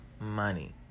money